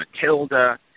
Matilda